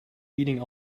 beating